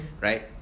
Right